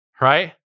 right